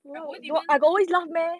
I won't even